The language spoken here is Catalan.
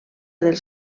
dels